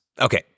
Okay